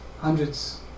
hundreds